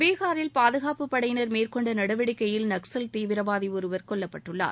பீஹாரில் பாதுகாப்பு படையினர் மேற்கொண்ட நடவடிக்கையில் நக்ஸல் தீவிரவாதி ஒருவர் கொல்லப்பட்டுள்ளார்